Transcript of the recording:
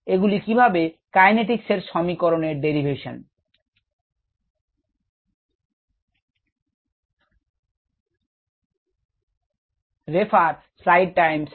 এগুলো কাইনেটিক এর সমীকরণ এর ডেরিভেশন বুঝতে প্রভাব ফেলবে না